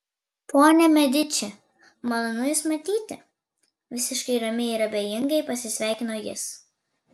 ponia mediči malonu jus matyti visiškai ramiai ir abejingai pasisveikino jis